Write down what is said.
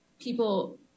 people